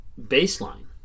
baseline